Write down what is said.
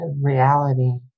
reality